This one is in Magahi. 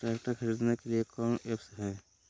ट्रैक्टर खरीदने के लिए कौन ऐप्स हाय?